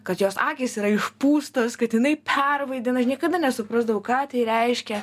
kad jos akys yra išpūstos kad jinai pervaidina niekada nesuprasdavau ką tai reiškia